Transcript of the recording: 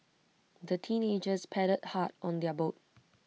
the teenagers paddled hard on their boat